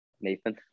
Nathan